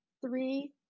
three